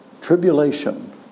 Tribulation